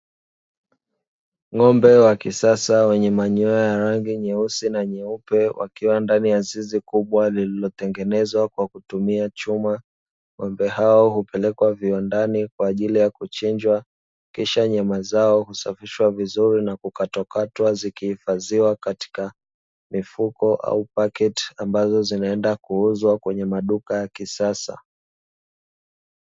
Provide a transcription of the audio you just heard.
Ng'ombe wa kisasa wenye manyoya ya rangi nyeusi na nyeupe wakiwa ndani ya zizi kubwa lililotengenezwa kwa kutumia chuma. Ng'ombe hao hupelekwa viwandani kwa ajili ya kuchinjwa kisha nyama zao husafishwa vizuri na kukatwakatwa zikihifadhiwa katika mifuko au paketi ambazo zinaenda kuuzwa kwenye maduka ya kisasa.